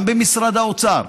גם במשרד האוצר.